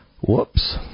Whoops